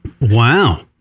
Wow